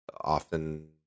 often